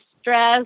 stress